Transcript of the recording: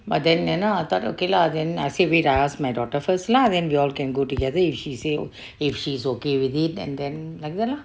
but then you know I thought okay lah then I said wait I ask my daughter first lah then we all can go together if she say if she's okay with it and then like that lah